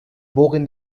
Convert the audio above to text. worin